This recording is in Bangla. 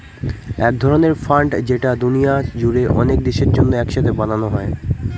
এক ধরনের ফান্ড যেটা দুনিয়া জুড়ে অনেক দেশের জন্য এক সাথে বানানো হয়